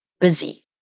busy